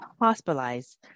hospitalized